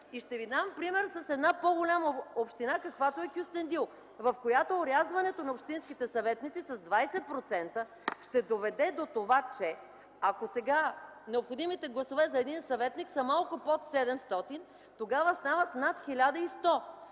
И ще ви дам пример с една по-голяма община, каквато е Кюстендил, в която орязването на общинските съветници с 20% ще доведе до това, че ако сега необходимите гласове за един съветник са малко под 700, тогава стават над 1100.